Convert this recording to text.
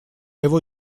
его